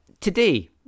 Today